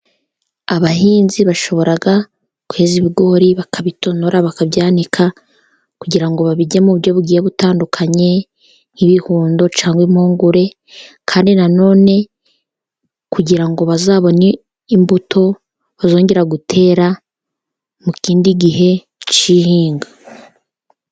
Abahinzi bashobora kweza ibigori, bakabitonora, bakabyanika kugira ngo babirye mu buryo bugiye butandukanye, nk'ibihundo cyangwa impungure, kandi na none kugira ngo bazabone imbuto, bazongera gutera mu kindi gihe cy'ihinga.